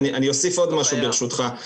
אני אוסיף עוד משהו, ברשותך.